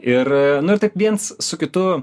ir nu tik viens su kitu